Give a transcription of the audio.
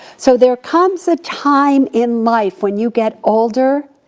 so there comes a time in life when you get older